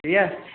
ठीक ऐ